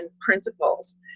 principles